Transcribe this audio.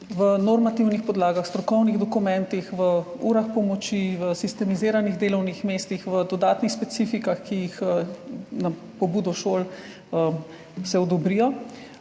v normativnih podlagah, strokovnih dokumentih, v urah pomoči, v sistemiziranih delovnih mestih, v dodatnih specifikah, ki se na pobudo šol odobrijo.